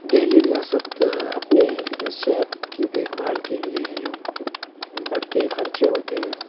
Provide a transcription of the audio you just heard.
دہلی ریاست اپنے صحت کی دیکھ بھال کے لیے جو بڑھتے خرچے ہوتے ہیں